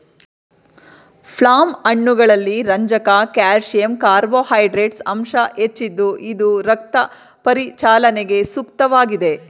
plum ಹಣ್ಣುಗಳಲ್ಲಿ ರಂಜಕ calcium carbohydrates ಅಂಶ ಹೆಚ್ಚಿದ್ದು ಇದು ರಕ್ತ ಪರಿಚಲನೆಗೆ ಸೂಕ್ತವಾಗಿದೆ